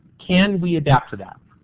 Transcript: can we adapt to that?